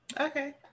Okay